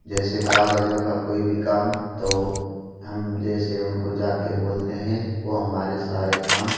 जैसे कागज़ों का कोई भी काम तो हम जैसे उनको जाकर बोलते हैं वह हमारे सारे काम